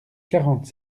quarante